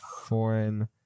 foreign